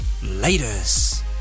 Laters